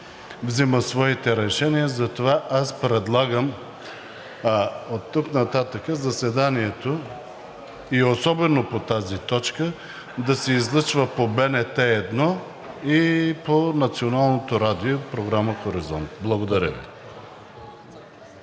взима своите решения. Затова аз предлагам оттук нататък заседанието и особено по тази точка да се излъчва по БНТ 1 и по БНР Програма „Хоризонт“. Благодаря Ви.